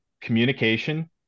communication